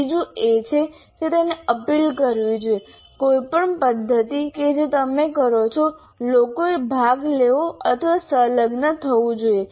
ત્રીજું એ છે કે તેને અપીલ કરવી જોઈએ કોઈપણ પદ્ધતિ કે જે તમે કરો છો લોકોએ ભાગ લેવો અથવા સંલગ્ન થવું જોઈએ